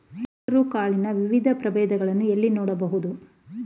ಹೆಸರು ಕಾಳಿನ ವಿವಿಧ ಪ್ರಭೇದಗಳನ್ನು ಎಲ್ಲಿ ನೋಡಬಹುದು?